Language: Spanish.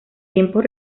tiempos